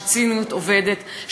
שציניות עובדת,